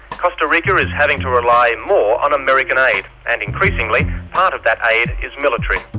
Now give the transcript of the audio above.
costa rica is having to rely more on american aid, and increasingly part of that aid is military.